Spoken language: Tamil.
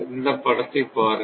இந்த படத்தை பாருங்கள்